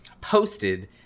posted